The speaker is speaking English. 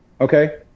Okay